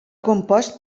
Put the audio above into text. compost